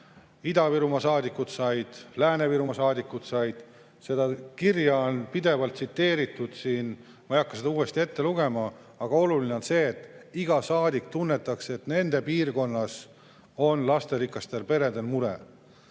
Ida-Virumaa saadikud said, Lääne-Virumaa saadikud said. Seda kirja on pidevalt tsiteeritud siin. Ma ei hakka seda uuesti ette lugema, aga oluline on see, et iga saadik tunnetaks, et nende piirkonnas on lasterikastel peredel mure.